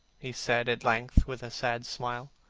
he said at length, with a sad smile,